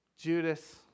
Judas